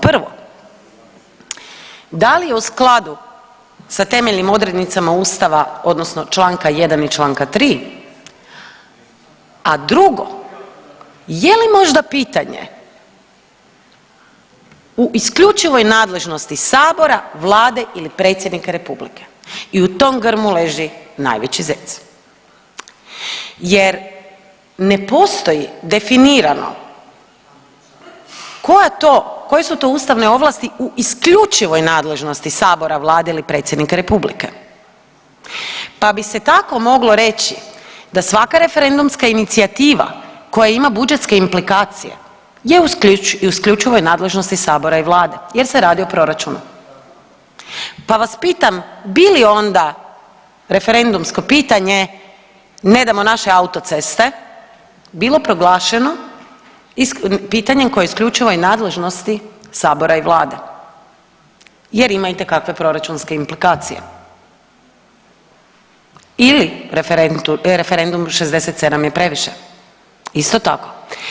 Prvo, da li je u skladu sa temeljnim odrednicama ustava odnosno čl. 1. i čl. 3., a drugo je li možda pitanje u isključivoj nadležnosti sabora, vlade ili predsjednika republike i u tom grmu leži najveći zec jer ne postoji definirano koja to, koje su to ustavne ovlasti u isključivoj nadležnosti sabora, vlade ili predsjednika republike, pa bi se tako moglo reći da svaka referendumska inicijativa koja ima budžetske implikacije je u isključivoj nadležnosti sabora i vlade jer se radi o proračunu, pa vas pitam bi li onda referendumsko pitanje „Ne damo naše autoceste“ bilo proglašeno pitanjem koje je u isključivoj nadležnosti sabora i vlade jer ima itekakve proračunske implikacije ili referendum „67 je previše“ isto tako.